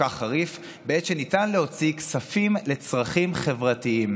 כך חריף בעת שניתן להוציא כספים לצרכים חברתיים",